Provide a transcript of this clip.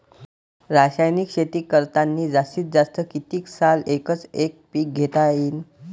रासायनिक शेती करतांनी जास्तीत जास्त कितीक साल एकच एक पीक घेता येईन?